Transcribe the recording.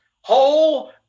whole